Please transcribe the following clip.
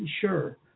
sure